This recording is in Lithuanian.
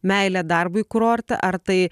meilė darbui kurorte ar tai